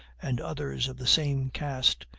and others of the same cast,